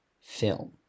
film